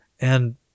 And-